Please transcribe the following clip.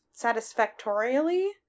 satisfactorially